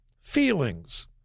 Feelings